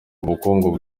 ubukungu